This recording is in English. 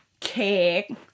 cake